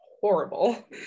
horrible